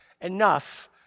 enough